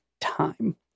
time